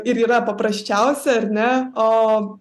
ir yra paprasčiausia ar ne o